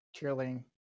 cheerleading